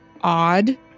odd